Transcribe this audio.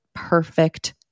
perfect